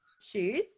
shoes